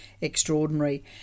extraordinary